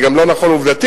זה גם לא נכון עובדתית,